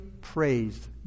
praised